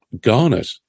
garnet